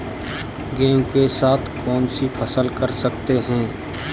गेहूँ के साथ कौनसी फसल कर सकते हैं?